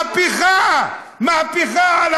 מהפכה?